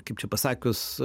kaip čia pasakius